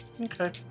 Okay